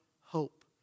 hope